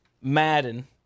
Madden